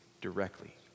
directly